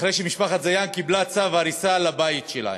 אחרי שמשפחת זיאן קיבלה צו הריסה לבית שלה.